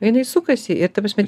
o jinai sukasi ir ta prasme